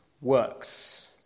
works